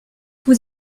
vous